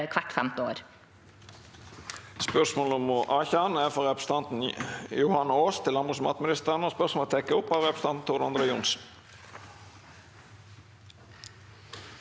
hvert femte år.